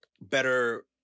better